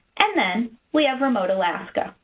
and then we have remote alaska,